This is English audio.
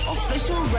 Official